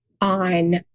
on